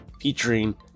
featuring